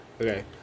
Okay